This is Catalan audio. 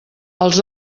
els